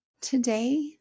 Today